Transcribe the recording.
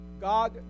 God